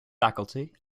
faculty